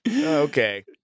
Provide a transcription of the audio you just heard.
Okay